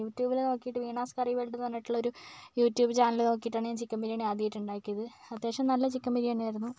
യൂട്യൂബില് നോക്കിയിട്ട് Veena's curry world എന്ന് പറഞ്ഞിട്ടുള്ളൊരു യൂട്യൂബ് ചാനല് നോക്കിയിട്ടാണ് ഞാൻ ചിക്കൻ ബിരിയാണി ആദ്യമായിട്ട് ഉണ്ടാക്കിയത് അത്യാവശ്യം നല്ല ചിക്കൻ ബിരിയാണി ആയിരുന്നു